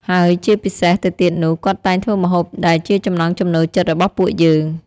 ហើយជាពិសេសទៅទៀតនោះ គាត់តែងធ្វើម្ហូបដែលជាចំណង់ចំណូលចិត្តរបស់ពួកយើង។